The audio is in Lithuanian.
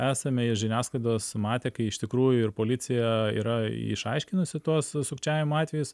esame iš žiniasklaidos matę kai iš tikrųjų ir policija yra išaiškinusi tuos sukčiavimo atvejus